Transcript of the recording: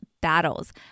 battles